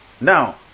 now